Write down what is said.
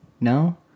No